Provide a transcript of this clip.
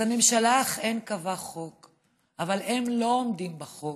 אז הממשלה אכן קבעה חוק, אבל הם לא עומדים בחוק,